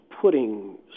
putting